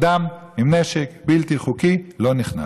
אדם עם נשק בלתי חוקי לא נכנס.